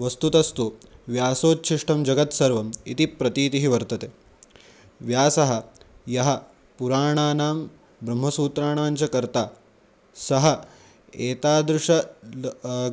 वस्तुतस्तु व्यासोच्छिष्टं जगत्सर्वम् इति प्रतीतिः वर्तते व्यासः यः पुराणानां ब्रह्मसूत्राणां च कर्ता सः एतादृशं